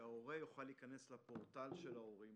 שההורה יוכל להיכנס לפורטל של ההורים,